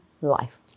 life